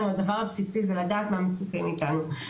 הדבר הבסיסי הוא לדעת מה מצופה מאיתנו.